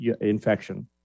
infection